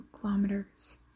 kilometers